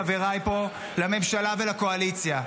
חבריי פה לממשלה ולקואליציה,